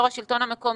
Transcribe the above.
יו"ר השלטון המקומי,